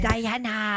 Diana